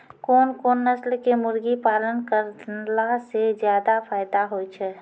कोन कोन नस्ल के मुर्गी पालन करला से ज्यादा फायदा होय छै?